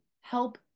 help